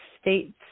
States